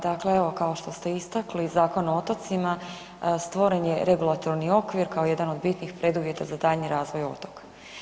Dakle, kao što ste istakli Zakon o otocima, stvoren je regulatorni okvir kao jedan od bitnih preduvjeta za daljnji razvoj otoka.